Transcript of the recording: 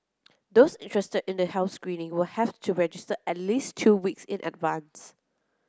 those interested in the health screening will have to register at least two weeks in advance